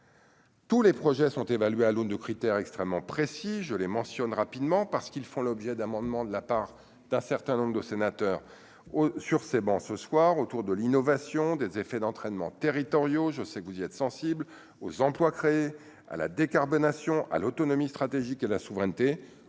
Tous les projets sont évalués à l'aune de critères extrêmement précis, je les mentionne rapidement parce qu'ils font l'objet d'amendements de la part d'un certain nombre de sénateurs sur ces bancs ce soir autour de l'innovation, des effets d'entraînement territoriaux, je sais que vous y êtes sensible aux emplois créés à la décarbonation à l'autonomie stratégique et la souveraineté